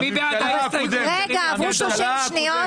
גפני, עוד לא עברו 30 שניות.